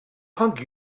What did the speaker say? hug